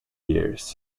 years